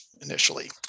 initially